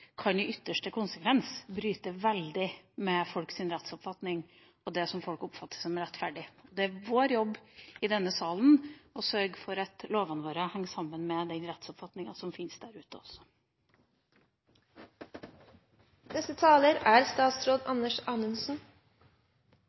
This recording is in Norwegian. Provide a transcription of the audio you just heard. i ytterste konsekvens tror kan bryte veldig med folks rettsoppfatning og det som folk oppfatter som rettferdig. Det er i vår jobb i denne salen å sørge for at lovene våre også henger sammen med den rettsoppfatninga som fins der ute. Jeg er